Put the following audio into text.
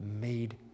made